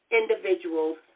individuals